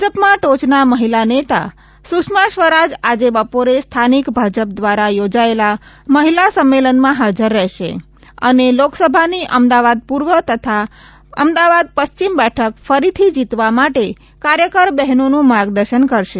ભાજપમાં ટોચના મહિલા નેતા સુષ્મા સ્વરાજ આજે બપોરે સ્થાનિક ભાજપ દ્વારા યોજાયેલા મહિલા સંમેલનમાં હાજર રહેશે અને લોકસભાની અમદાવાદ પૂર્વે તથા અમદાવાદ પશ્ચિમ બેઠક ફરીથી જીતવા માટે કાર્યકર બહેનોનું માર્ગદર્શન કરશે